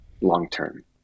long-term